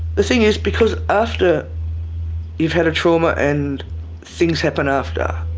the thing is because after you've had a trauma, and things happen after,